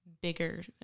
bigger